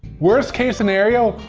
worst case scenario,